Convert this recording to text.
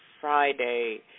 Friday